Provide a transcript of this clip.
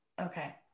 Okay